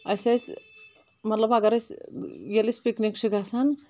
اسۍ ٲسۍ مطلب اگر اسۍ ییٚلہِ إس پکنک چھ گژھان